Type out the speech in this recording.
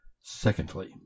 secondly